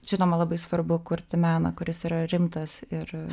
žinoma labai svarbu kurti meną kuris yra rimtas ir